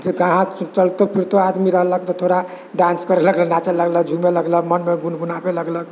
जे आदमी चलितो फिरतौ रहलक तऽ थोड़ा डान्स करलक नाचै लगलक झूमै लगलक मनमे गुनगुनैबे लगलक